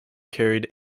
carried